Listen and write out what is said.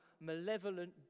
malevolent